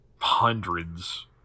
hundreds